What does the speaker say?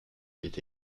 était